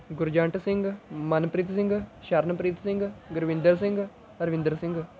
Gurjant Singh Manpreet Singh Sharanpreet Singh Gurvinder Singh Arvinder Singh